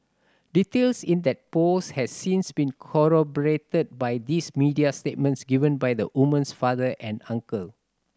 details in that post has since been corroborated by these media statements given by the woman's father and uncle